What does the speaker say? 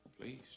Please